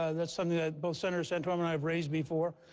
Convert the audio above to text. ah that's something that both senator santorum and i have raised before.